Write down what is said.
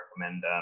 recommend